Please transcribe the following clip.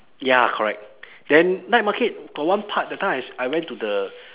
ya correct then night market got one part that time I s~ I went to the